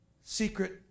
secret